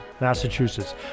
Massachusetts